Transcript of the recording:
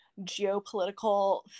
geopolitical